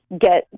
get